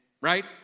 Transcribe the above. right